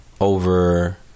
Over